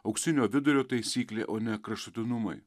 auksinio vidurio taisyklė o ne kraštutinumai